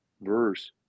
verse